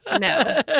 No